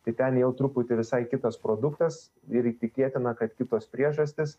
tai ten jau truputį visai kitas produktas ir tikėtina kad kitos priežastys